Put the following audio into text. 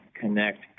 connect